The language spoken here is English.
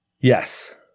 Yes